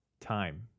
time